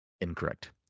Incorrect